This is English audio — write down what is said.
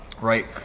Right